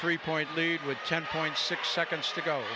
three point lead with ten point six seconds to go